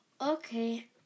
okay